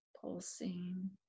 pulsing